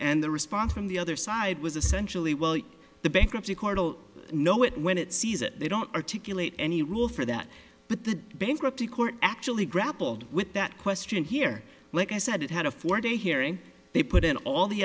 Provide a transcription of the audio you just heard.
and the response from the other side was essentially well the bankruptcy court will know it when it sees it they don't articulate any rule for that but the bankruptcy court actually grappled with that question here like i said it had a four day hearing they put in all the